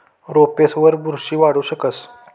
रोपेसवर बुरशी वाढू शकस